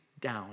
down